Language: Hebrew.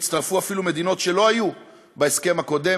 הצטרפו אפילו מדינות שלא היו בהסכם הקודם,